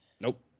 nope